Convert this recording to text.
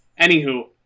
Anywho